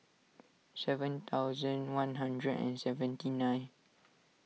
seven thousand one hundred and seventy nine